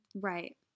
Right